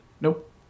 Nope